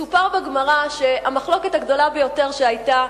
מסופר בגמרא שהמחלוקת הגדולה ביותר שהיתה